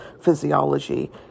physiology